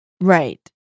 Right